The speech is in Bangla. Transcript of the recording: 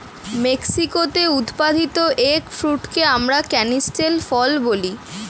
মেক্সিকোতে উৎপাদিত এগ ফ্রুটকে আমরা ক্যানিস্টেল ফল বলি